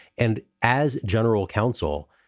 and as general counsel,